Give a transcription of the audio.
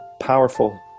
powerful